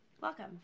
Welcome